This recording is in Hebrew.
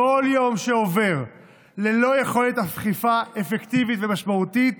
כל יום שעובר ללא יכולת אכיפה אפקטיבית ומשמעותית